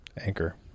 anchor